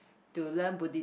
to learn Buddi~